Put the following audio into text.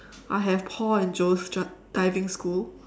I have Paul and Joe's dri~ diving school